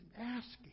asking